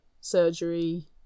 surgery